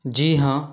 جی ہاں